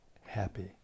happy